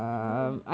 no